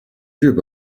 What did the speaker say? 日本